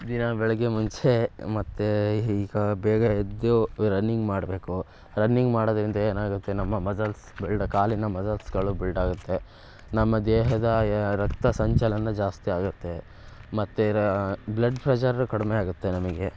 ದಿನಾ ಬೆಳಿಗ್ಗೆ ಮುಂಚೆ ಮತ್ತೆ ಈಗ ಬೇಗ ಎದ್ದು ರನ್ನಿಂಗ್ ಮಾಡಬೇಕು ರನ್ನಿಂಗ್ ಮಾಡೋದರಿಂದ ಏನಾಗುತ್ತೆ ನಮ್ಮ ಮಸಲ್ಸ್ ಬಿಲ್ಡ್ ಕಾಲಿನ ಮಸಲ್ಸ್ಗಳು ಬಿಲ್ಡಾಗುತ್ತೆ ನಮ್ಮ ದೇಹದ ರಕ್ತ ಸಂಚಲನ ಜಾಸ್ತಿ ಆಗುತ್ತೆ ಮತ್ತು ರಾ ಬ್ಲಡ್ ಫ್ರೆಷರ್ ಕಡಿಮೆ ಆಗುತ್ತೆ ನಮಗೆ